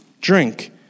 drink